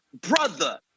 Brother